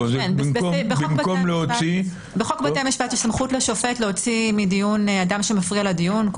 בחוק בתי המשפט יש סמכות לשופט להוציא מדיון אדם שמפריע לדיון,